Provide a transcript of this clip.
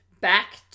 back